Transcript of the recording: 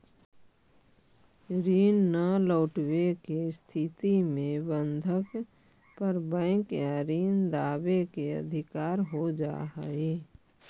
ऋण न लौटवे के स्थिति में बंधक पर बैंक या ऋण दावे के अधिकार हो जा हई